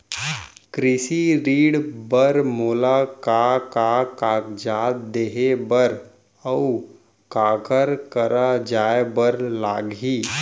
कृषि ऋण बर मोला का का कागजात देहे बर, अऊ काखर करा जाए बर लागही?